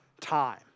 Time